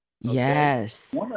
Yes